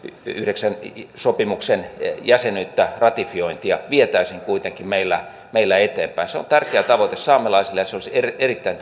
sopimuksen jäsenyyttä ratifiointia vietäisiin kuitenkin meillä meillä eteenpäin se on tärkeä tavoite saamelaisille ja se olisi erittäin